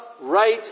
right